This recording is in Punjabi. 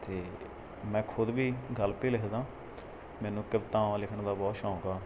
ਅਤੇ ਮੈਂ ਖੁਦ ਵੀ ਗਲਪ ਹੀ ਲਿਖਦਾ ਮੈਨੂੰ ਕਵਿਤਾਵਾਂ ਲਿਖਣ ਦਾ ਬਹੁਤ ਸ਼ੌਕ ਆ